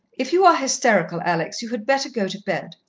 if you are hysterical, alex, you had better go to bed.